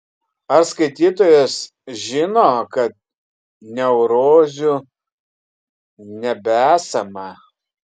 ar skaitytojas žino kad neurozių nebesama